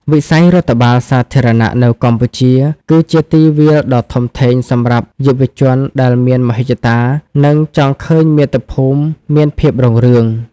វិស័យរដ្ឋបាលសាធារណៈនៅកម្ពុជា គឺជាទីវាលដ៏ធំធេងសម្រាប់យុវជនដែលមានមហិច្ឆតា និងចង់ឃើញមាតុភូមិមានភាពរុងរឿង។